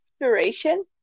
Inspiration